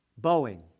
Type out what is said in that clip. Boeing